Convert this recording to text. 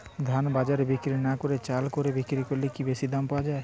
ধান বাজারে বিক্রি না করে চাল কলে বিক্রি করলে কি বেশী দাম পাওয়া যাবে?